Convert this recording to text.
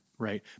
Right